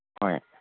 ꯍꯣꯏ